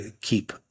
keep